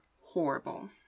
horrible